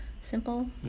simple